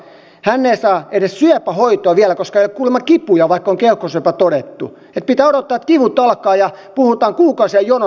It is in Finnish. hän ei saa edes syöpähoitoa vielä koska ei ole kuulemma kipuja vaikka on keuhkosyöpä todettu että pitää odottaa että kivut alkavat ja puhutaan kuukausien jonosta lääkäriin pääsyyn